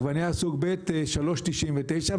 עגבנייה סוג ב' 3.99 ש"ח,